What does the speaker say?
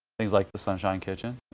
things like the sunshine kitchen,